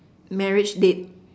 marriage date